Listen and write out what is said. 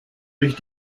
durch